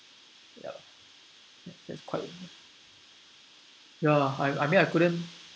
yup that's quite ya I I mean I couldn't